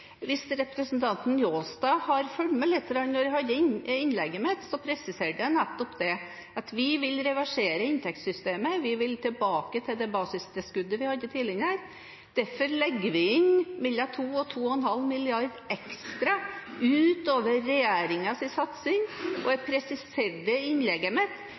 Hvis representanten Njåstad hadde fulgt med litt da jeg holdt innlegget mitt, presiserte jeg nettopp at vi vil reversere inntektssystemet. Vi vil tilbake til det basistilskuddet vi hadde tidligere. Derfor legger vi inn mellom 2 mrd. og 2,5 mrd. kr ekstra utover regjeringens satsing, og jeg presiserte i innlegget mitt